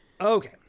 okay